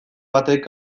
batek